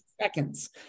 seconds